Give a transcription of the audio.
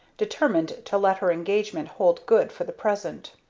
determined to let her engagement hold good for the present.